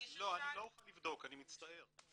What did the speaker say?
אני לא אוכל לבדוק, אני מצטער.